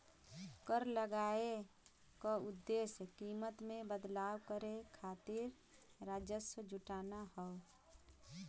कर लगाये क उद्देश्य कीमत में बदलाव करे खातिर राजस्व जुटाना हौ